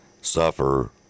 suffer